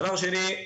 דבר שני.